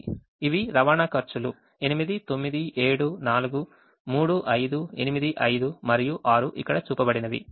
ఇవి రవాణా ఖర్చులు 8 9 7 4 3 5 8 5 మరియు 6 ఇక్కడ చూపబడినవి